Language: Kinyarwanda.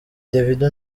davido